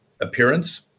appearance